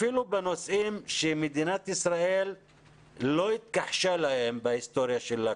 אפילו בנושאים שמדינת ישראל לא התכחשה להם בהיסטוריה שלה,